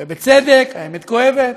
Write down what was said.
ובצדק, האמת כואבת,